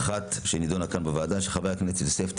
אחת שנדונה כאן בוועדה של חברי הכנסת יוסף טייב,